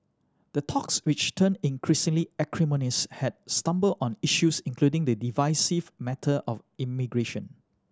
the talks which turned increasingly acrimonious had stumbled on issues including the divisive matter of immigration